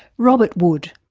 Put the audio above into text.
robert wood.